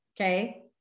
Okay